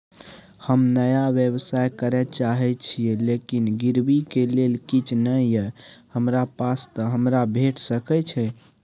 हम नया व्यवसाय करै चाहे छिये लेकिन गिरवी ले किछ नय ये हमरा पास त हमरा भेट सकै छै?